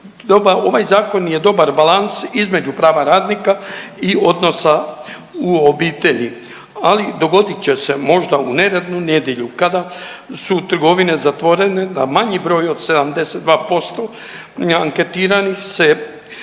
Ovaj zakon je dobar balans između prava radnika i odnosa u obitelji, ali dogodit će se možda u neradnu nedjelju kada su trgovine zatvorene da manji broj od 72% anketiranih se posveti